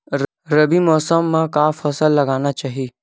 रबी मौसम म का फसल लगाना चहिए?